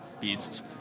beasts